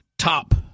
Top